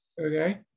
Okay